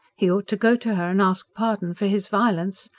he ought to go to her and ask pardon for his violence.